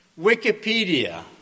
Wikipedia